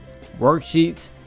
worksheets